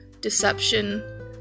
Deception